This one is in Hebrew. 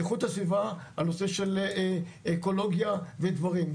איכות הסביבה הנושא של אקולוגיה ודברים,